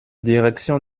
direction